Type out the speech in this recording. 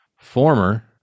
former